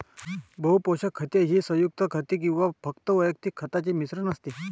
बहु पोषक खते ही संयुग खते किंवा फक्त वैयक्तिक खतांचे मिश्रण असते